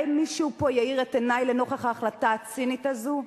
מישהו פה יאיר את עיני לנוכח ההחלטה הצינית הזאת.